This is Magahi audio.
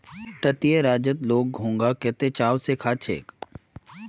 तटीय राज्यत लोग घोंघा कत्ते चाव स खा छेक